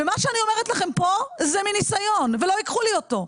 מה שאני אומרת לכם פה זה מניסיון ולא ייקחו לי אותו.